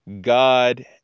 God